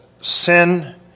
sin